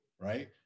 right